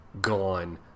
gone